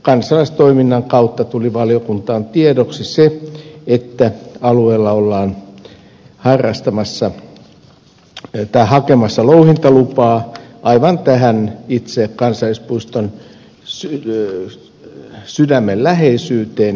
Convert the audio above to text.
kansalaistoiminnan kautta tuli valiokuntaan tiedoksi se että alueella ollaan hakemassa louhintalupaa aivan tähän itse kansallispuiston sydämen läheisyyteen